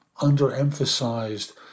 underemphasized